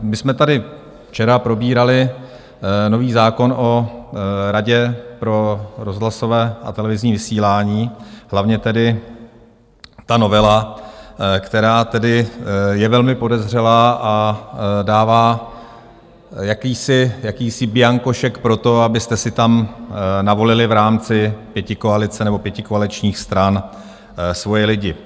My jsme tady včera probírali nový zákon o Radě pro rozhlasové a televizní vysílání, hlavně ta novela, která je velmi podezřelá a dává jakýsi bianko šek pro to, abyste si tam navolili v rámci pětikoalice nebo pěti koaličních stran svoje lidi.